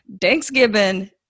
Thanksgiving